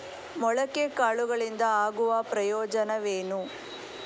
ಮೊಳಕೆ ಕಾಳುಗಳಿಂದ ಆಗುವ ಪ್ರಯೋಜನವೇನು?